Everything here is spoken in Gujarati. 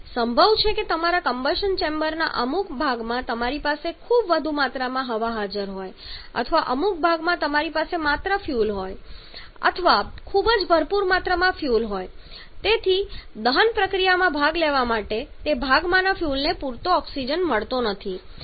સંભવ છે કે તમારા કમ્બશન ચેમ્બરના અમુક ભાગમાં તમારી પાસે ખૂબ વધારે માત્રામાં હવા હાજર હોય અથવા અમુક અન્ય ભાગમાં તમારી પાસે માત્ર ફ્યુઅલ હોય અથવા ખૂબ જ ભરપૂર માત્રામાં ફ્યુઅલ હોય જેથી દહનમાં ભાગ લેવા માટે તે ભાગમાંના ફ્યુઅલને પૂરતો ઓક્સિજન મળતો નથી